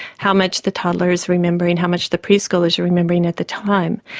how much the toddler is remembering, how much the pre-schooler is remembering at the time.